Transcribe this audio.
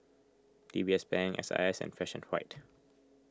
D B S Bank S I S and Fresh and White